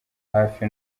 hafi